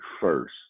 first